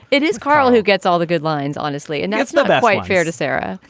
it is carl who gets all the good lines honestly and that's not quite fair to sarah.